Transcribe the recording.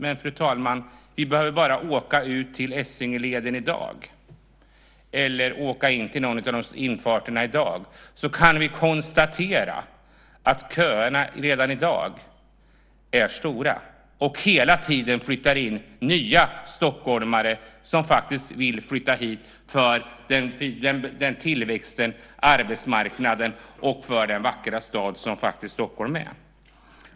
Men, fru talman, vi behöver bara åka till Essingeleden eller till någon av infarterna så kan vi konstatera att köerna redan i dag är långa. Hela tiden flyttar det dessutom in nya stockholmare på grund av tillväxten, arbetsmarknaden och den vackra stad som Stockholm ju är.